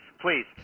please